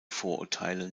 vorurteile